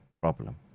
problem